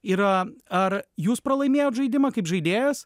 yra ar jūs pralaimėjot žaidimą kaip žaidėjas